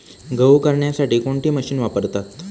गहू करण्यासाठी कोणती मशीन वापरतात?